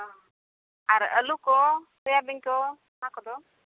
ᱟᱨ ᱟᱹᱞᱩ ᱠᱚ ᱥᱳᱭᱟᱵᱤᱱ ᱠᱚ ᱚᱱᱟ ᱠᱚᱫᱚ